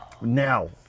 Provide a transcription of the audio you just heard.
now